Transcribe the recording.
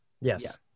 Yes